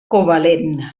covalent